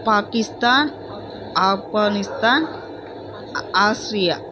Pakistan Afghanistan Austria